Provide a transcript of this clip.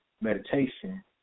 meditation